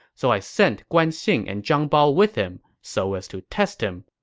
so i sent guan xing and zhang bao with him so as to test him.